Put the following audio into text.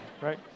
right